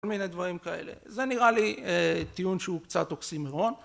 כל מיני דברים כאלה זה נראה לי טיעון שהוא קצת אוקסימירון